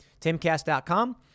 Timcast.com